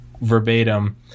verbatim